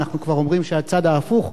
אנחנו כבר אומרים שהצד ההפוך.